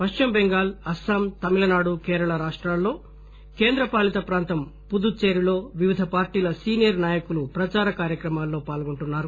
పశ్చిమబెంగాల్ అస్పాం తమిళనాడు కేరళ రాష్టాల్లో కేంద్రపాలిత ప్రాంతం పుదుచ్చేరిలో వివిధ పార్టీల సీనియర్ నాయకులు ప్రచార కార్యక్రమంలో పాల్గొంటున్నారు